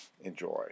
Enjoy